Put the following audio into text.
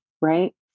right